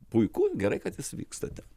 puiku gerai kad jis vyksta ten